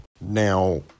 Now